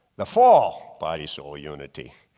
the fall body-soul unity,